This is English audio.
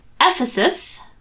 Ephesus